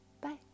Bye